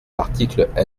l’article